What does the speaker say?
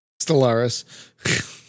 Stellaris